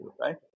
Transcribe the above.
right